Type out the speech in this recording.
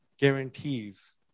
guarantees